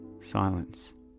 Silence